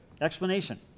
Explanation